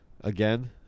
Again